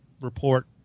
report